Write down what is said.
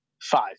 Five